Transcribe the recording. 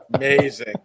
Amazing